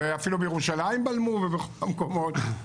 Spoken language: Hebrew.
ואפילו בירושלים בלמו ובכל המקומות.